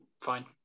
fine